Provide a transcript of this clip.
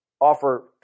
Offer